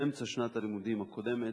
באמצע שנת הלימודים הקודמת,